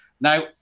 Now